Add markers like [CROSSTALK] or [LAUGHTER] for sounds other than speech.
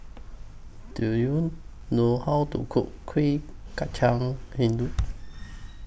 Do YOU know How to Cook Kuih Kacang [UNINTELLIGIBLE]